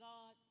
God